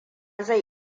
zai